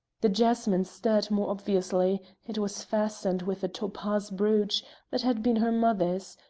the jasmine stirred more obviously it was fastened with a topaz brooch that had been her mother's,